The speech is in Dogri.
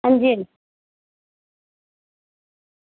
हां जी